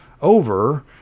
over